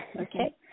Okay